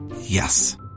Yes